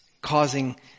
causing